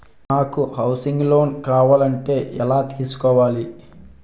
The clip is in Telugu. నాకు హౌసింగ్ లోన్ కావాలంటే ఎలా తీసుకోవాలి?